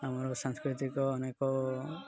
ଆମର ସାଂସ୍କୃତିକ ଅନେକ